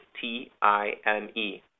T-I-M-E